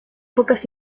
pocas